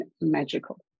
magical